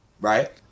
Right